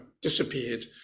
disappeared